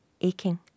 Aching